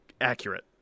Accurate